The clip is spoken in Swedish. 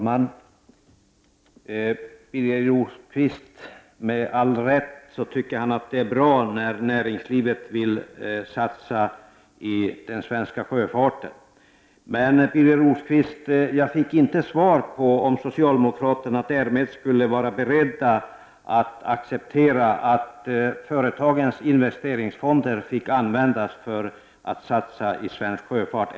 Herr talman! Med all rätt tycker Birger Rosqvist att det är bra när näringslivet vill satsa i den svenska sjöfarten. Men jag fick inte svar på frågan om socialdemokraterna därmed är beredda att acceptera att företagens investeringsfonder får användas för att satsa i svensk sjöfart.